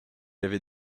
avait